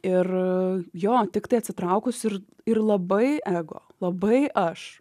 ir jo tiktai atsitraukus ir ir labai ego labai aš